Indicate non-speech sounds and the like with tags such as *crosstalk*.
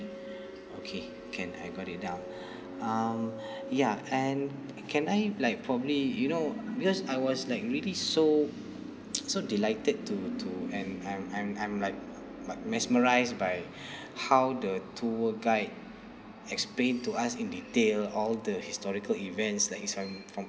okay can I got it down um ya and can I like probably you know because I was like really so *noise* so delighted to to and I'm I'm I'm like mesmerized by how the tour guide explained to us in detail all the historical events like it's from from